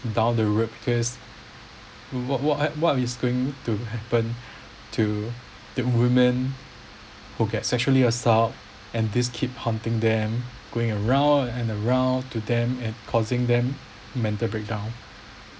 down the rip because what what what what's going to happen to the women who get sexually assault and this keep hunting them going around and around to them and causing them mental breakdown